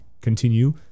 continue